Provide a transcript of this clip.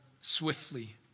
swiftly